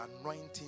anointing